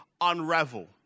unravel